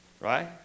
Right